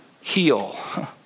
heal